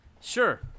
sure